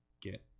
get